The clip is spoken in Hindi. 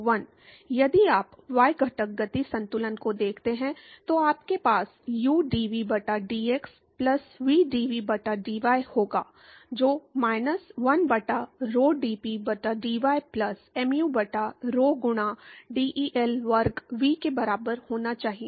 यदि आप y घटक गति संतुलन को देखते हैं तो आपके पास udv बटा dx प्लस vdv बटा dy होगा जो माइनस 1 बटा rho dP बटा dy प्लस mu बटा rho गुणा del वर्ग v के बराबर होना चाहिए